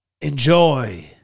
Enjoy